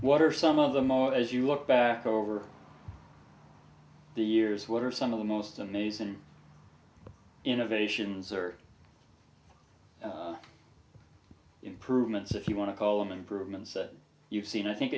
water some of them more as you look back over the years what are some of the most amazing innovations or improvements if you want to call them improvements that you've seen i think